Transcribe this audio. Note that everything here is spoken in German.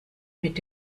mit